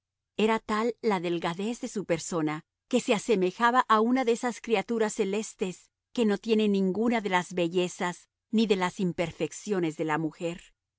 era tal la delgadez de su persona que se asemejaba a una de esas criaturas celestes que no tienen ninguna de las bellezas ni de las imperfecciones de la mujer